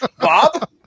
Bob